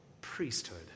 priesthood